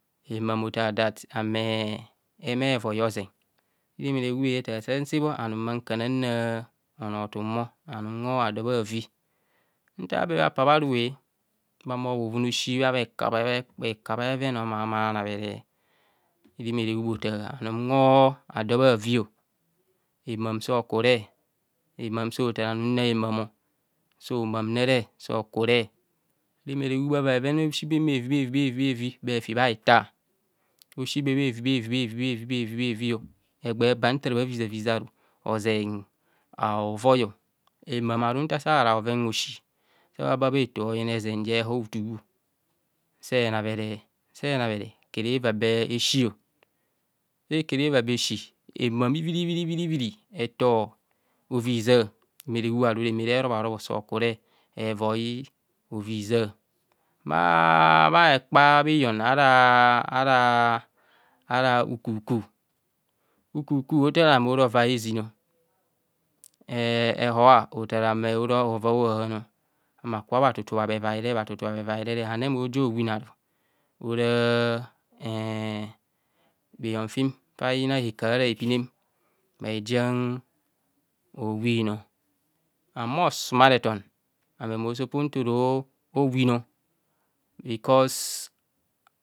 Hemam eta dat ame heme ovoi ozen rimerehu eta sansebho anum mankana ra onotumo anum nhor ado bhavi nta be bha pabherue bha humo bheven a'ven mma humo bhanabhere rimerehub otar anum nhor ado bhavi heman so kure hemam so tar anum nna hemam somamrere so kure rimerehu bhava bheven a'osi bem bhevi bhevi bhefi bha hitar osi be bhevi, bhevi, bhevi, bhevi, egba egba ntara bhavizaru hozen haovoi hemamaru ntasa ra bhoveb hosi sabha ba bheto oyina ezen je hor utu senabhere senabhere ekereva be esi sekereva be esi hemam iviri viri viri tuiri eto heviza rimere hubharu reme re robharo so kure hevoi oviza bha bha hekpa bhiyon araa araa ara ukuku ukuku otar ame ora ovai a'hohahan ma kubho bha tutua bhevaire bhatutua bhevaire ane mo winaru oraa e bhiyon fim fa bhiyina hekaha ara hepine mabhijian o wino an bhosumareton ame mo sopos ntoro wino bkos